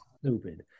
stupid